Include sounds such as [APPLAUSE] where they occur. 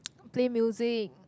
[NOISE] play music